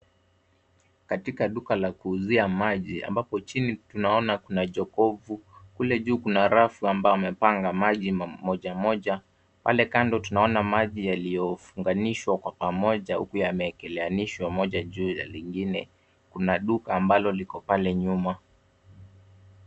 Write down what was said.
Katika duka la kuuzia maji ambapo chini tunaona kuna jokovu. Kule juu kuna rafu ambayo wamepanga maji moja moja. Pale kando tunaona maji yaliyofunganishwa kwa pamoja huku yameekeleanishwa moja juu ya lingine. Kuna duka ambalo liko pale nyuma.